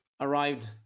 arrived